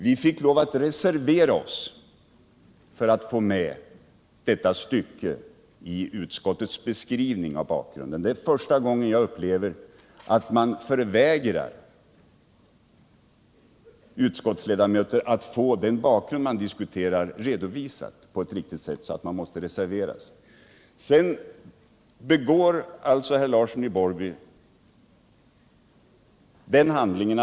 Vi fick lov att reservera oss för att få med detta stycke i utskottets beskrivning av bakgrunden. Det är första gången som jag upplever att man förvägrar utskottsledamöter att få den bakgrund som diskuteras redovisad på ett riktigt sätt och att utskottsledamöter alltså måste reservera sig för att få med beskrivningen.